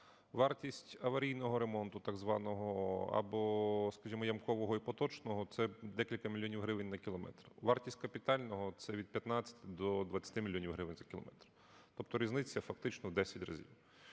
Вартість аварійного ремонту так званого або, скажімо, ямкового і поточного – це декілька мільйонів гривень на кілометр. Вартість капітального – це від 15 до 20 мільйонів гривень за кілометр. Тобто різниця фактично в 10 разів.